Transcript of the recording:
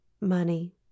money